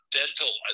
dental